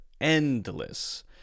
endless